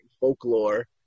folklore